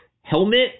helmet